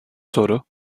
soru